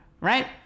right